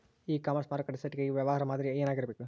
E commerce ಮಾರುಕಟ್ಟೆ site ಗಾಗಿ ವ್ಯವಹಾರ ಮಾದರಿ ಏನಾಗಿರಬೇಕು?